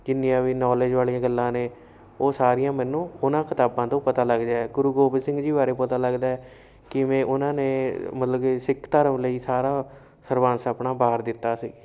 ਕਿੰਨੀਆਂ ਵੀ ਨੌਲੇਜ ਵਾਲੀਆਂ ਗੱਲਾਂ ਨੇ ਉਹ ਸਾਰੀਆਂ ਮੈਨੂੰ ਉਹਨਾਂ ਕਿਤਾਬਾਂ ਤੋਂ ਪਤਾ ਲੱਗਦਾ ਹੈ ਗੁਰੂ ਗੋਬਿੰਦ ਸਿੰਘ ਜੀ ਬਾਰੇ ਪਤਾ ਲੱਗਦਾ ਹੈ ਕਿਵੇਂ ਉਹਨਾਂ ਨੇ ਮਤਲਬ ਕਿ ਸਿੱਖ ਧਰਮ ਲਈ ਸਾਰਾ ਸਰਬੰਸ ਆਪਣਾ ਵਾਰ ਦਿੱਤਾ ਸੀ